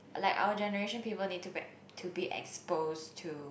like our generation people need to back to be exposed to